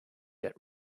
get